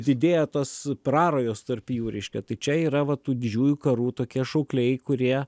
didėja tas prarajos tarp jų reiškia tai čia yra va tų didžiųjų karų tokie šaukliai kurie